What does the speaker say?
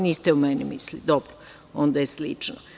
Niste o meni mislili, dobro, onda je slično.